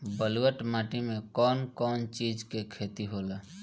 ब्लुअट माटी में कौन कौनचीज के खेती होला?